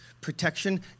protection